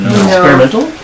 experimental